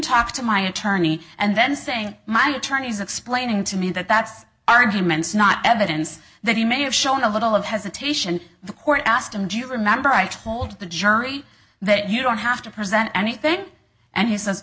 talk to my attorney and then saying my attorney is explaining to me that that's arguments not evidence that he may have shown a little of hesitation the court asked him do you remember i told the jury that you don't have to present anything and he says